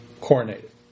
coronated